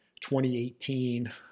2018